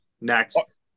Next